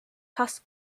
fast